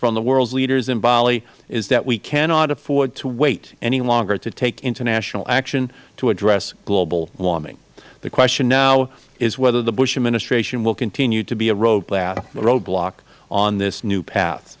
from the world's leaders in bali is that we cannot afford to wait any longer to take international action to address global warming the question now is whether the bush administration will continue to be a roadblock on this new path